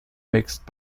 mixed